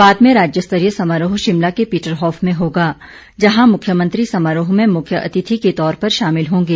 बाद में राज्य स्तरीय समारोह शिमला के पीटरहॉफ में होगा जहां मुख्यमंत्री समारोह में मुख्य अतिथि के तौर पर शामिल होंगे